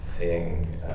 seeing